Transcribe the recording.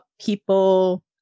people